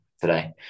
today